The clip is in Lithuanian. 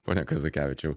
pone kazakevičiau